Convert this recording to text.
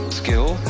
skill